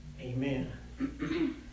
Amen